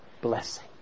Blessing